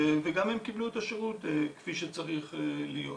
וגם הם קיבלו את השירות כפי שצריך להיות.